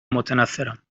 متنفرم